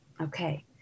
Okay